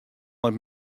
net